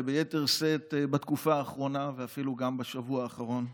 וביתר שאת בתקופה האחרונה, ואפילו בשבוע האחרון,